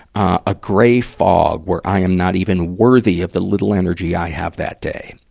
a gray fog, where i am not even worthy of the little energy i have that day.